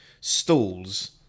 stalls